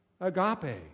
agape